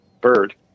BIRD